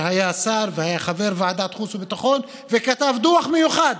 שהיה שר וחבר ועדת חוץ וביטחון וכתב דוח מיוחד,